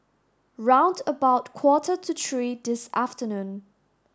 round about quarter to three this afternoon